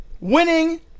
Winning